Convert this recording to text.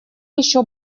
еще